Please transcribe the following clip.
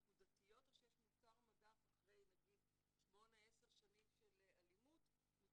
נקודתיות או שאחרי שמונה-עשר שנים של אלימות יש